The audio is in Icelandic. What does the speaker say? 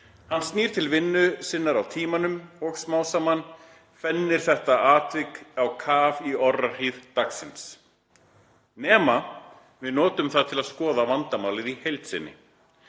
Hann snýr til vinnu sinnar á Tímanum og smámsaman fennir þetta atvik á kaf í orrahríð dagsins. Nema við notum það til að skoða vandamálið í heild sinni.